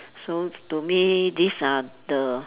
so to me these are the